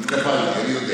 התקפלתי, אני יודע.